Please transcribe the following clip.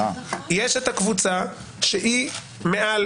יש את הקבוצה שהיא מעל